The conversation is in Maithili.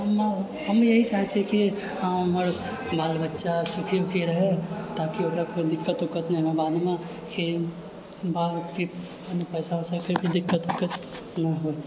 हम इएह चाहैत छिऐ कि हमर बाल बच्चा सुखी उखी रहए ताकि ओकरा कोइ दिक्कत उक्कत नहि होए बादमे कि पैसा उसाके भी दिक्कत उक्कत नहि होए